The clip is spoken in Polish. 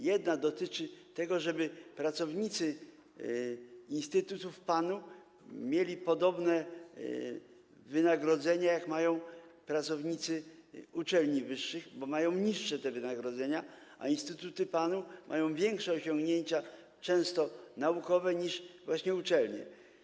Jedna dotyczy tego, żeby pracownicy instytutów PAN-u mieli podobne wynagrodzenie do tego, jakie mają pracownicy uczelni wyższych, bo mają niższe wynagrodzenia, choć instytuty PAN-u często mają większe osiągnięcia naukowe niż właśnie uczelnie.